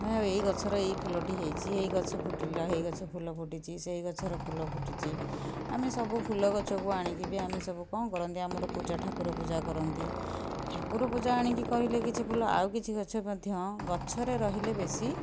ଏଇ ଗଛର ଏଇ ଫୁଲଟି ହେଇଛି ଏଇ ଗଛ ଫୁଟିଲା ଏଇ ଗଛର ଫୁଲ ଫୁଟିଛି ସେଇ ଗଛର ଫୁଲ ଫୁଟିଛି ଆମେ ସବୁ ଫୁଲ ଗଛକୁ ଆଣିକି ବି ଆମେ ସବୁ କ'ଣ କରନ୍ତି ଆମର ସବୁ ଠାକୁର ପୂଜା କରନ୍ତି ଠାକୁର ପୂଜା ଆଣିକି କରିଲେ କିଛି ଫୁଲ ଆଉ କିଛି ଗଛ ମଧ୍ୟ ଗଛରେ ରହିଲେ ବେଶୀ